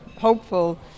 hopeful